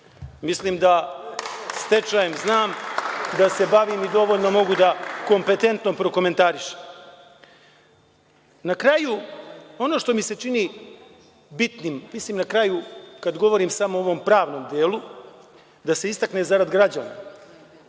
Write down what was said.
Mislim da stečajem znam da se bavim i dovoljno mogu da kompetentno prokomentarišem. Na kraju, ono što mi se čini bitnim, mislim na kraju kada govorim samo o ovom pravnom delu, da se istakne zarad građana,